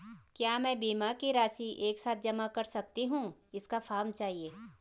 क्या मैं बीमा की राशि एक साथ जमा कर सकती हूँ इसका फॉर्म चाहिए?